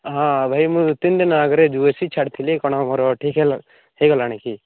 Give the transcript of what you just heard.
ହଁ ଭାଇ ମୁଁ ତିନିଦିନ ଆଗରେ ଯେଉଁ ଏ ସି ଛାଡ଼ିଥିଲି କ'ଣ ମୋର ଠିକ୍ ହେଇଗଲା ହେଇଗଲାଣି କି